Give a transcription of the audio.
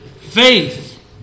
Faith